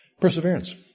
perseverance